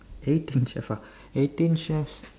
eighteen chefs ah eighteen chefs